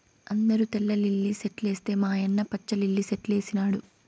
అందరూ తెల్ల లిల్లీ సెట్లేస్తే మా యన్న పచ్చ లిల్లి సెట్లేసినాడు